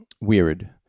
weird